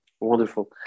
wonderful